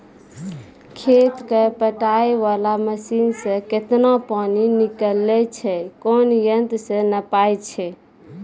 खेत कऽ पटाय वाला मसीन से केतना पानी निकलैय छै कोन यंत्र से नपाय छै